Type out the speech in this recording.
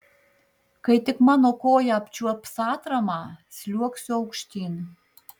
kai tik mano koja apčiuops atramą sliuogsiu aukštyn